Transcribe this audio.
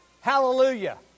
Hallelujah